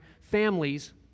families